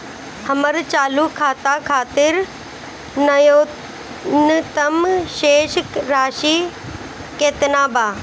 हमर चालू खाता खातिर न्यूनतम शेष राशि केतना बा?